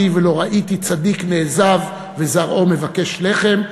ולא ראיתי צדיק נעזב וזרעו מבקש לחם".